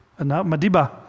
Madiba